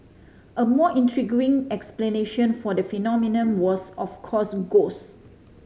a more intriguing explanation for the phenomenon was of course ghost